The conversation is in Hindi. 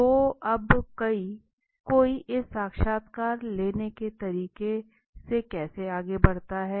तो अब कोई इस साक्षात्कार लेने के तरीके में कैसे आगे बढ़ता है